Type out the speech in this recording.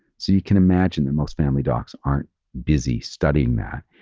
so you can imagine that most family docs aren't busy studying that.